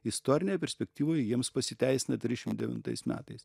istorinėj perspektyvoj jiems pasiteisina trisdešim devintais metais